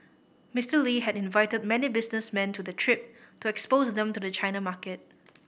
Mister Lee had invited many businessmen to the trip to expose them to the China market